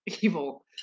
Evil